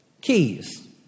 Keys